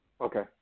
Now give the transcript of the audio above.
Okay